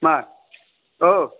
मा औ